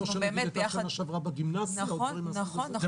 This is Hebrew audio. כמו שהיה בשנה שעברה בגימנסיה או דברים מהסוג הזה.